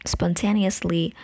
Spontaneously